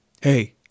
Hey